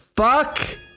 Fuck